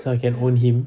so I can own him